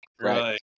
Right